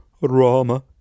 Rama